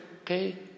Okay